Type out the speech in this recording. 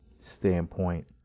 standpoint